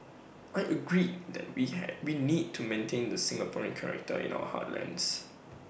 I agreed that we had we need to maintain the Singaporean character in our heartlands